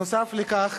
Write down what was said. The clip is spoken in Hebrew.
נוסף על כך,